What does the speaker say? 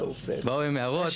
באו עם הערות,